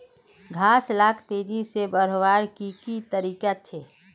घास लाक तेजी से बढ़वार की की तरीका छे?